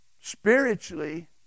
Spiritually